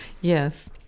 Yes